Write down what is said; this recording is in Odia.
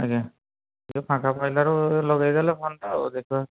ଆଜ୍ଞା ଟିକେ ଫାଙ୍କା ପାଇଲାରୁ ଲଗାଇ ଦେଲି ଫୋନ୍ଟା ଆଉ ଦେଖିବା